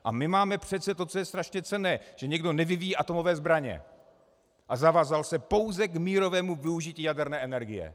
A my máme přece to, co je strašně cenné že někdo nevyvíjí atomové zbraně a zavázal se pouze k mírovému využití jaderné energie.